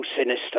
sinister